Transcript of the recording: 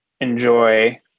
enjoy